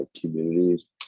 community